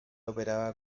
operaba